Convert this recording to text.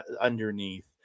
underneath